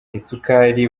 isukari